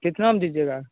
कितना में दीजिएगा